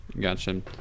Gotcha